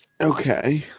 Okay